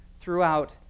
throughout